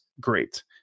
Great